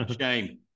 shame